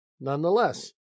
Nonetheless